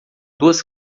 duas